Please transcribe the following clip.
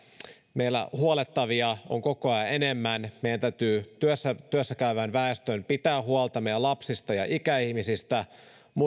meillä huollettavia on koko ajan enemmän meillä täytyy työssäkäyvän väestön pitää huolta meidän lapsista ja ikäihmisistä